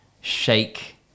shake